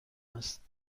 است